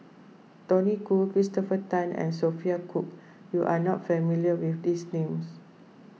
Tony Khoo Christopher Tan and Sophia Cooke you are not familiar with these names